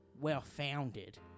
well-founded